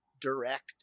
direct